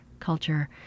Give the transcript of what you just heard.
culture